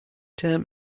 term